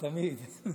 תמיד.